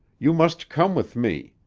you must come with me.